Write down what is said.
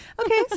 Okay